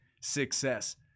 success